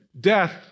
death